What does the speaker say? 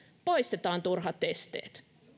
poistetaan turhat esteet